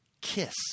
Kiss